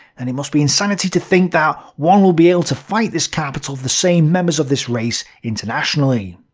and it must be insanity to think that one will be able to fight this capital of the same members of this race internationally.